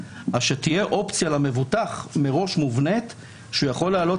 שתהיה אופציה למבוטח מובנית מראש שהוא יכול להעלות